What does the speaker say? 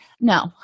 No